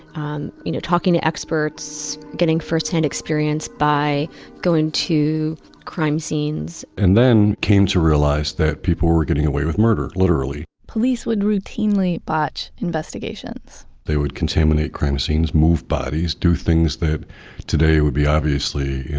you know talking to experts, getting firsthand experience by going to crime scenes and then came to realize that people were getting away with murder. literally police would routinely botch investigations they would contaminate crime scenes, move bodies, do things that today it would be obviously,